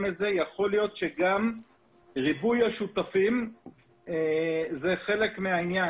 את זה יכול להיות שגם ריבוי השותפים זה חלק מהעניין,